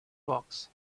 rocks